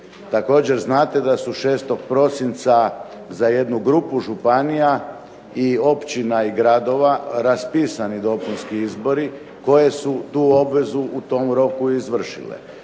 Također znate da su 6. prosinca za jednu grupu županija, i općina i gradova raspisani dopunski izbori koji su tu obvezu u tom roku izvršile.